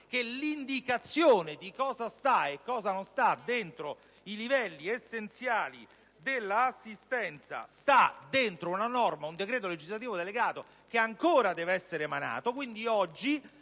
che l'indicazione di cosa sta e cosa non sta dentro i livelli essenziali di assistenza è contenuta in un decreto legislativo che ancora deve essere emanato.